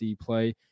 play